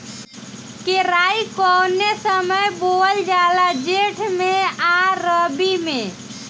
केराई कौने समय बोअल जाला जेठ मैं आ रबी में?